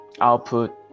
output